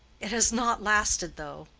it has not lasted, though.